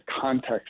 context